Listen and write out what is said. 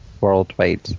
worldwide